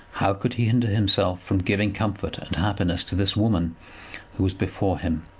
how could he hinder himself from giving comfort and happiness to this woman who was before him?